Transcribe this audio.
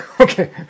okay